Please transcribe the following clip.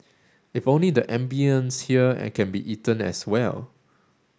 if only the ambience here can be eaten as well